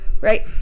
Right